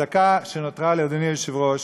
את הדקה שנותרה לי, אדוני היושב-ראש,